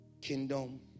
kingdom